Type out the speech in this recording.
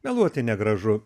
meluoti gražu